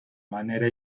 manera